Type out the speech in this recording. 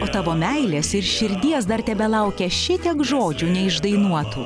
o tavo meilės ir širdies dar tebelaukia šitiek žodžių neišdainuotų